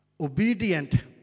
obedient